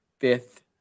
fifth